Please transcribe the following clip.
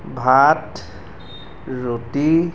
ভাত ৰুটি